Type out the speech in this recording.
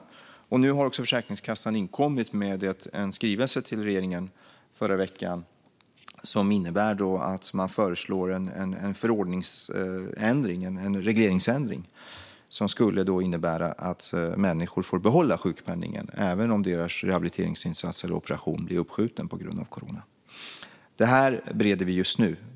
Förra veckan inkom också Försäkringskassan till regeringen med en skrivelse där man föreslår en förordningsändring, en regleringsändring, som skulle innebära att människor får behålla sjukpenningen även om deras rehabiliteringsinsats eller operation blir uppskjuten på grund av corona. Det här bereder vi just nu.